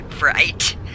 right